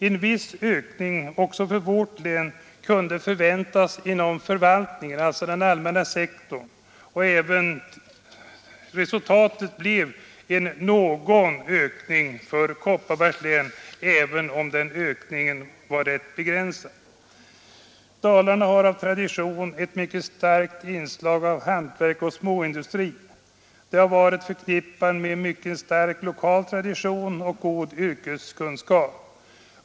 En viss ökning också för vårt län kunde förväntas inom förvaltningen, alltså den allmänna sektorn, och resultatet blev också någon ökning för Kopparbergs län även om den var rätt begränsad. Dalarna har av tradition ett mycket starkt inslag av hantverk och småindustri. Det har varit förknippat med en stark lokal tradition och god yrkeskunskap.